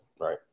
Right